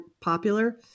popular